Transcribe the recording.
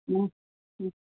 हा ह